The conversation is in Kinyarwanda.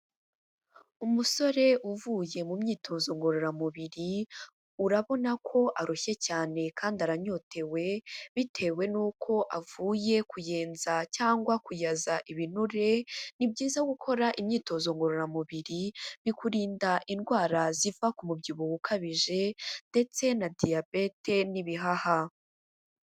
Umusore uvuye mu myitozo ngororamubiri, urabona ko arushye cyane kandi aranyotewe bitewe n'uko avuye kuyenza cyangwa kuyaza ibinure, ni byiza gukora imyitozo ngororamubiri, bikurinda indwara ziva ku mubyibuho ukabije ndetse na diyabete n'ibihaha.